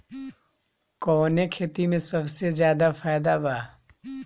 कवने खेती में सबसे ज्यादा फायदा बा?